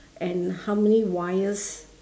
and how many wires